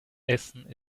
essen